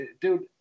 dude